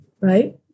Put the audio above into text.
right